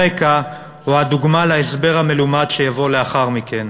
הרקע או הדוגמה להסבר המלומד שיבוא לאחר מכן,